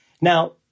Now